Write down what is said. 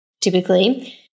typically